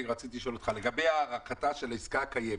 רציתי לשאול אותך לגבי הארכתה של העסקה הקיימת.